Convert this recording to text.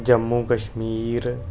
Jammu Kashmir